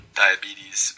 diabetes